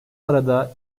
arada